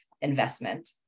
investment